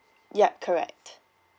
yup correct